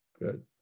Good